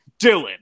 Dylan